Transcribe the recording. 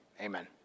Amen